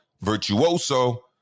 Virtuoso